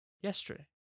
yesterday